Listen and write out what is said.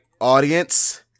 audience